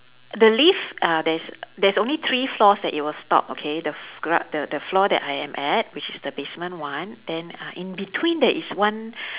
the lift uh there's there's only three floors that it will stop okay the f~ gro~ the the floor that I am at which is the basement one then uh in between there is one